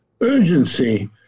urgency